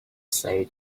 said